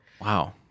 Wow